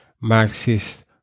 Marxist